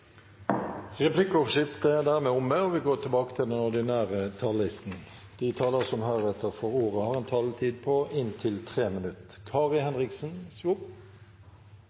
Replikkordskiftet er dermed omme. De talere som heretter får ordet, har en taletid på inntil